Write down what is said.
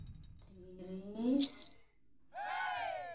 ᱛᱤᱨᱤᱥ